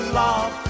love